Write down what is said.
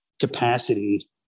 capacity